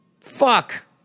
Fuck